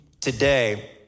today